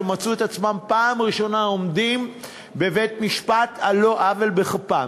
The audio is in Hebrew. שמצאו את עצמם פעם ראשונה עומדים בבית-משפט על לא עוול בכפם.